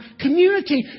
community